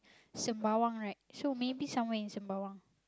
Sembawang right so maybe somewhere in Sembawang